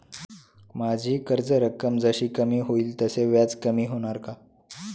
माझी कर्ज रक्कम जशी कमी होईल तसे व्याज कमी होणार का?